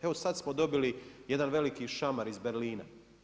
Evo sad smo dobili jedan veliki šamar iz Berlina.